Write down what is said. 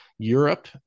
Europe